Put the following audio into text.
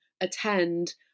attend